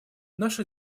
наша